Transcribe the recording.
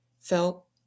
felt